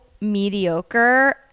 mediocre